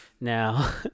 Now